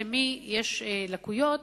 למי יש לקויות,